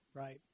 Right